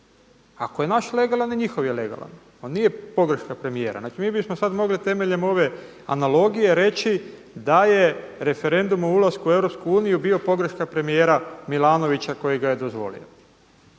Ako je naš legalan i njihov je legalan. On nije pogreška premijera. Znači mi bismo sada mogli temeljem ove analogije reći da je referendum o ulasku u Europsku uniju bio pogreška premijera Milanovića koji ga je dozvolite,